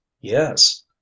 Yes